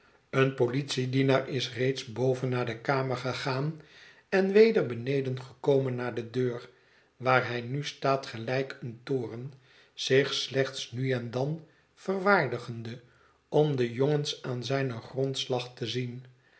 een politiedienaar is reeds boven naar de kamer gegaan en weder beneden gekomen naar de deur waar hij nu staat gelijk een toren zich slechts nu en dan verwaardigende om de jongens aan zijn grondslag te zien